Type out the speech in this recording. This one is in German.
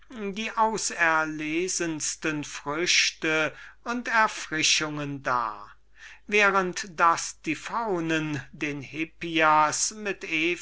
die auserlesensten früchte und erfrischungen dar indes die faunen den hippias mit